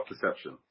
perception